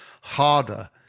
harder